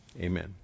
Amen